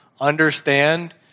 understand